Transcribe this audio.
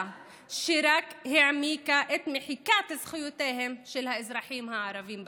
שרק העמיקה את מחיקת זכויותיהם של האזרחים הערבים במדינה,